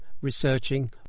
researching